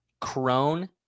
Crone